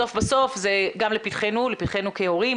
בסוף זה גם לפתחנו כהורים,